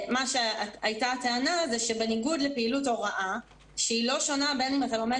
הייתה טענה שבניגוד לפעילות הוראה שהיא לא שונה בין אם אתה לומד